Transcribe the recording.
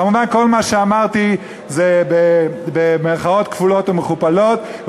כמובן, כל מה שאמרתי זה במירכאות כפולות ומכופלות.